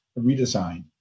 redesign